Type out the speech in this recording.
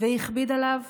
והכביד עליו,